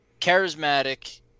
charismatic